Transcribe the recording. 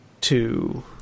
two